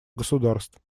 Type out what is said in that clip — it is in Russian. государств